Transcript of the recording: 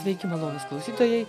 sveiki malonūs klausytojai